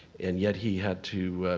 and yet he had to